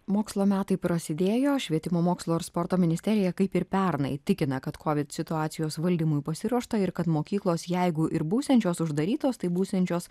mokslo metai prasidėjo švietimo mokslo ir sporto ministerija kaip ir pernai tikina kad kovid situacijos valdymui pasiruošta ir kad mokyklos jeigu ir būsiančios uždarytos tai būsiančios